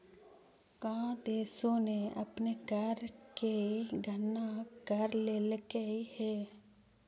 का देशों ने अपने कर की गणना कर लेलकइ हे